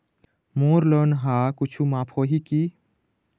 मोर loan हा कुछू माफ होही की?